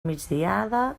migdiada